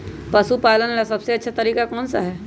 पशु पालन का सबसे अच्छा तरीका कौन सा हैँ?